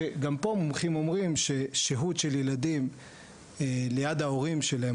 שגם פה מומחים אומרים ששהות של ילדים ליד ההורים שלהם,